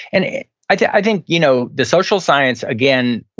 and i think you know the social science, again,